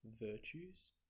virtues